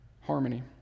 harmony